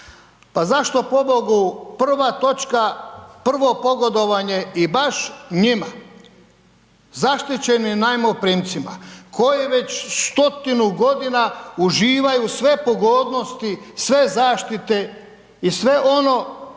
Pa zašto pobogu prva točka, prvo pogodovanje i baš njima? Zaštićenim najmoprimcima koji već stotinu godina godinu sve pogodnosti, sve zaštite i sve ono